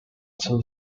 two